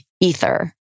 ether